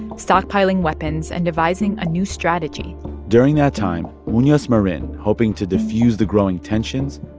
stockpiling weapons and devising a new strategy during that time, munoz marin, hoping to defuse the growing tensions,